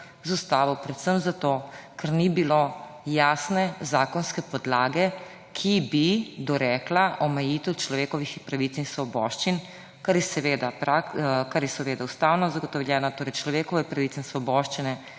z ustavo predvsem zato, ker ni bilo jasne zakonske podlage, ki bi dorekla omejitev človekovih pravic in svoboščin, kar je seveda ustavno zagotovljeno. Človekove pravice in svoboščine